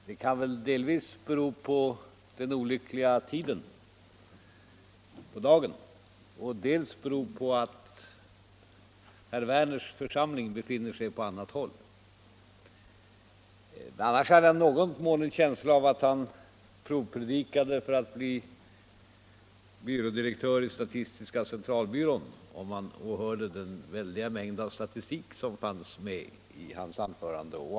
Det kunde väl dels bero på den olyckliga tiden på dagen, dels bero på att herr Werners församling befinner sig på annat håll. Annars hade man i någon mån en känsla av att han provpredikade för att bli byrådirektör i statistiska centralbyrån när man åhörde den väldiga mängd statistik som fanns med i hans anförande.